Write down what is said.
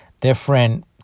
different